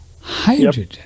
Hydrogen